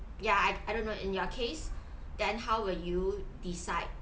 ya I I don't know in your case then how will you decide